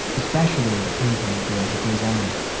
especially the pink-haired girl who plays emily.